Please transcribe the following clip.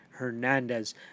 Hernandez